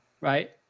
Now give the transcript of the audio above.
right